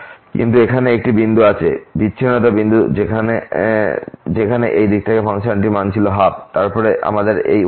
কিন্তু এখানে একটি বিন্দু আছে বিচ্ছিন্নতা বিন্দু যেখানে এই দিকে ফাংশন মান এটি ছিল 12 এবং তারপর আমাদের এই 1 মান আছে